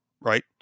Right